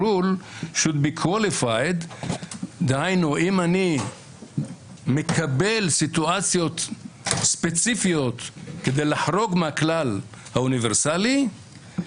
כך: אם אני מקבל סיטואציות ספציפיות כדי לחרוג מהכלל האוניברסלי,